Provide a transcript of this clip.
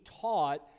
taught